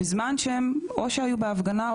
בזמן שהיו בהפגנה,